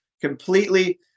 completely